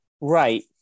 right